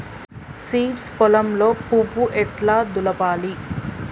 Seeds పొలంలో పువ్వు ఎట్లా దులపాలి?